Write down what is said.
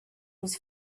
was